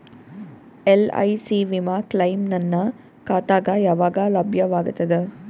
LIC ವಿಮಾ claim ನನ್ನ ಖಾತಾಗ ಯಾವಾಗ ಲಭ್ಯವಾಗತದ?